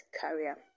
career